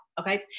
Okay